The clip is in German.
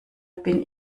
bin